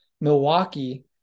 Milwaukee